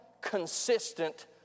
consistent